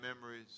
memories